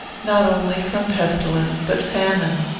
not only from pestilence, but famine.